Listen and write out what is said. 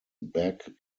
back